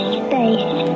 space